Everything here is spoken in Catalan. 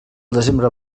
desembre